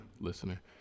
listener